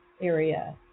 area